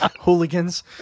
hooligans